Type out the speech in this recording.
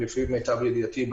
למיטב ידיעתי,